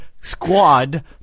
squad